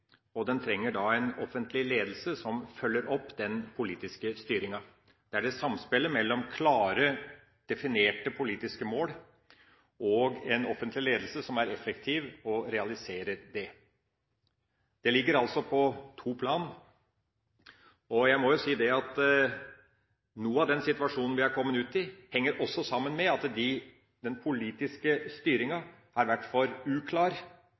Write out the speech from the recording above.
og den trenger en offentlig ledelse som følger opp den politiske styringa. Det er samspillet mellom klare, definerte politiske mål og en offentlig ledelse som er effektiv, og som realiserer det. Det ligger altså på to plan. Jeg må jo si at noe av den situasjonen vi er kommet ut i, henger sammen med at den politiske styringa har vært for uklar,